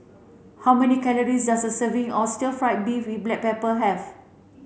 how many calories does a serving of stir fried beef with black pepper have